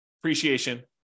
appreciation